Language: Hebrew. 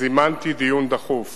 זימנתי דיון דחוף